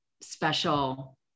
special